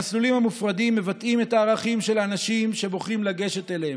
המסלולים המופרדים מבטאים את הערכים של האנשים שבוחרים לגשת אליהם.